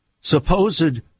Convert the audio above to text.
supposed